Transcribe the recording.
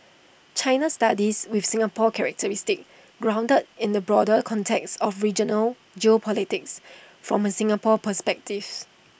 China studies with Singapore characteristics grounded in the broader context of regional geopolitics from A Singapore perspectives